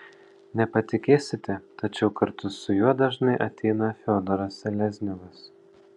nepatikėsite tačiau kartu su juo dažnai ateina fiodoras selezniovas